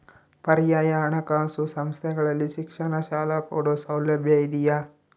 ಪರ್ಯಾಯ ಹಣಕಾಸು ಸಂಸ್ಥೆಗಳಲ್ಲಿ ಶಿಕ್ಷಣ ಸಾಲ ಕೊಡೋ ಸೌಲಭ್ಯ ಇದಿಯಾ?